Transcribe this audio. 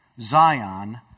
Zion